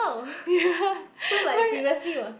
ya why